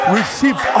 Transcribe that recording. Receive